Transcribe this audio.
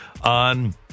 on